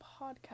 podcast